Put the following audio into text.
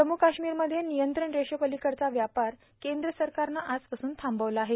जम्मू कश्मीरमधे नियंत्रण रेषेर्पालकडचा व्यापार कद्र सरकारनं आजपासून थांबवला आहे